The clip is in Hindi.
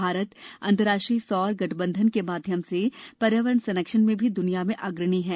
भारत अंतर्राष्ट्रीय सौर गठबंधन के माध्यम से पर्यावरण संरक्षण में भी दुनिया में अग्रणी है